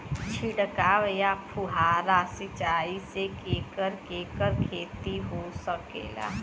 छिड़काव या फुहारा सिंचाई से केकर केकर खेती हो सकेला?